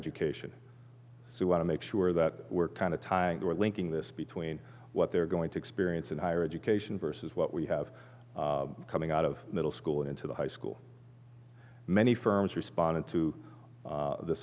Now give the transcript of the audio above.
education so i want to make sure that we're kind of tying they're linking this between what they're going to experience in higher education versus what we have coming out of middle school into the high school many firms responded to